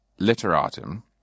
literatum